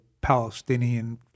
Palestinian